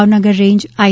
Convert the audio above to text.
Bhavnagar range I